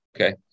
Okay